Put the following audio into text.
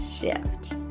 Shift